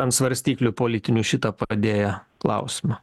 ant svarstyklių politinių šitą padėjo klausimą